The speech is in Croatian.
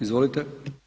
Izvolite.